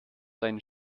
deinen